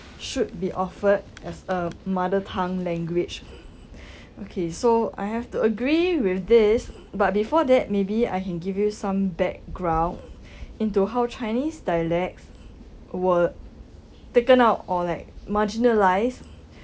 should be offered as a mother tongue language okay so I have to agree with this but before that maybe I can give you some background into how chinese dialects were taken out or like marginalised